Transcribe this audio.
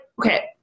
okay